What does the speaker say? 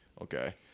okay